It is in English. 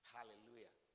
Hallelujah